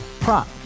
Prop